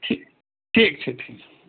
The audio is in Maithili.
ठीक ठीक छै ठीक छै